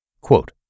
Quote